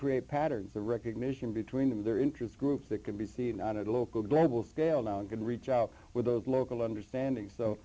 create patterns the recognition between them their interest groups that can be seen out at a local global scale down can reach out with those local understanding so